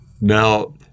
Now